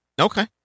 Okay